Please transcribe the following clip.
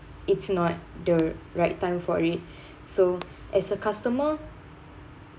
it's not the right time for it so as a customer